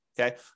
Okay